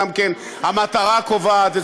המטרה קובעת,